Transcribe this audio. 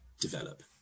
develop